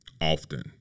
often